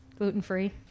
gluten-free